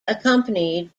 accompanied